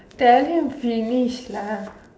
tell him finish lah